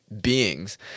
beings